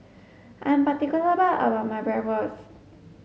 I'm particular about my Bratwurst